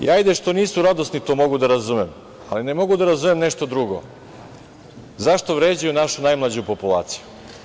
I hajde što nisu radosni, to mogu da razumem, ali ne mogu da razumem nešto drugo zašto vređaju našu najmlađu populaciju.